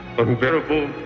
unbearable